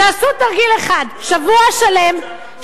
תעשו תרגיל אחד: שבוע שלם,